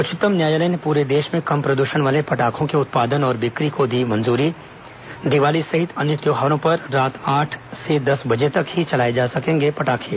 उच्चतम न्यायालय ने पूरे देश में कम प्रद्षण वाले पटाखों के उत्पादन और बिक्री को दी मंजूरी दीवाली सहित अन्य त्योहारों पर रात आठ से दस बजे तक ही चलाए जा सकेंगे पटाखे